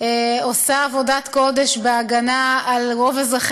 עושה עבודת קודש בהגנה על רוב אזרחי